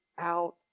out